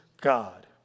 God